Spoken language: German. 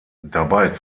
dabei